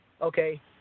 okay